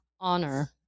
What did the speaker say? honor